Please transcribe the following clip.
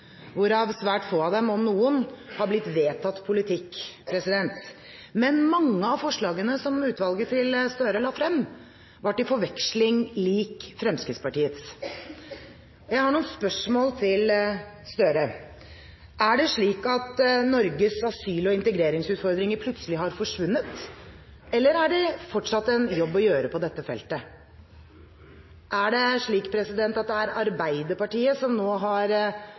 svært få av dem – om noen – har blitt vedtatt politikk, men mange av forslagene som utvalget til Støre la frem, var til forveksling lik Fremskrittspartiets. Jeg har noen spørsmål til Gahr Støre: Er det slik at Norges asyl- og integreringsutfordringer plutselig har forsvunnet, eller er det fortsatt en jobb å gjøre på dette feltet? Er det slik at det er Arbeiderpartiet som nå har